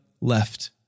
left